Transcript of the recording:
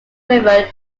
river